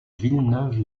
villeneuve